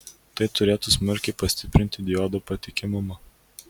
tai turėtų smarkiai pastiprinti diodų patikimumą